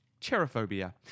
cherophobia